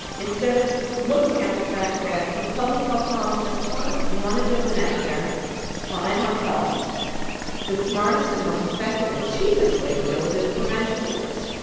instead of looking at the fact that the public health model has taught us, if you want to deal with an epidemic crime or health the smartest and most effective and cheapest way to deal with it is prevention first.